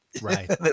Right